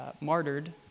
martyred